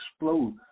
explode